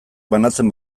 banatzen